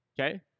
Okay